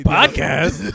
Podcast